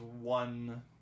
one